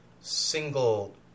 single